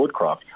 Woodcroft